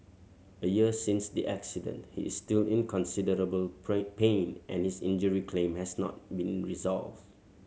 a year since the accident he is still in considerable pain and his injury claim has not been resolved